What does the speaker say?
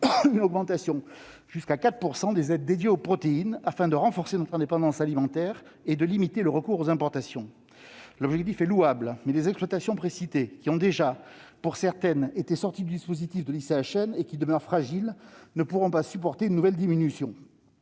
une augmentation jusqu'à 4 % des aides dédiées aux protéines afin de renforcer notre indépendance alimentaire et de limiter le recours aux importations. L'objectif est louable, mais les exploitations précitées, qui ont déjà été, pour certaines, sorties du dispositif de l'ICHN et demeurent fragiles, ne pourront pas supporter de nouvelle diminution.